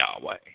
Yahweh